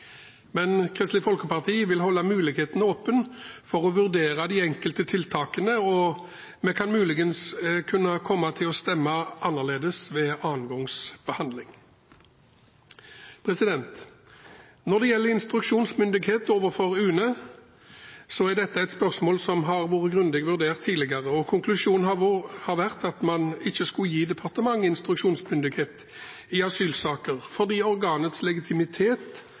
Men Kristelig Folkeparti vil holde muligheten åpen for å vurdere de enkelte tiltakene, og vi kan muligens kunne komme til å stemme annerledes ved annen gangs behandling. Når det gjelder instruksjonsmyndighet overfor UNE, er dette et spørsmål som har vært grundig vurdert tidligere, og konklusjonen har vært at man ikke skulle gi departementet instruksjonsmyndighet i asylsaker, fordi organets legitimitet,